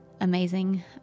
amazing